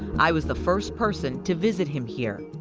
i was the first person to visit him here.